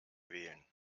wählen